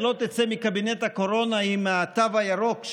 ולא תצא מקבינט הקורונה עם התו הירוק,